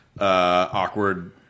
awkward